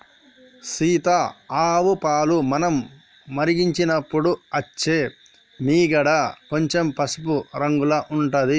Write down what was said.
సీత ఆవు పాలు మనం మరిగించినపుడు అచ్చే మీగడ కొంచెం పసుపు రంగుల ఉంటది